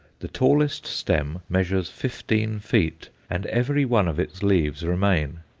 the tallest stem measures fifteen feet, and every one of its leaves remain.